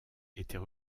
était